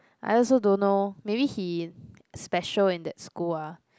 I also don't know maybe he special in that school ah